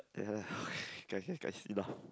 ya lah lor